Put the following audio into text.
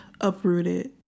uprooted